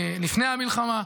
לפני המלחמה.